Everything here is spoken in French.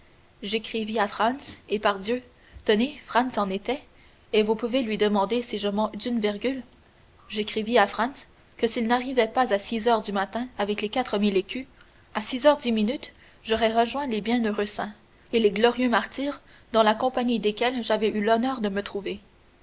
j'écrivis à franz et pardieu tenez franz en était et vous pouvez lui demander si je mens d'une virgule j'écrivis à franz que s'il n'arrivait pas à six heures du matin avec les quatre mille écus à six heures dix minutes j'aurais rejoint les bienheureux saints et les glorieux martyrs dans la compagnie desquels j'avais eu l'honneur de me trouver